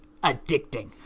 addicting